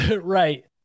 Right